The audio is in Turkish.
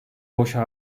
boşa